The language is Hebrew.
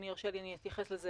אני עובר לסעיף הבא